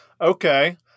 Okay